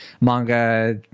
manga